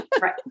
Right